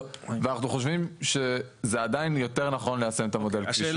אנחנו חושבים שזה עדיין יותר נכון ליישם את המודל כפי שהוא כך.